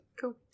Cool